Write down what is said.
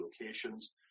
locations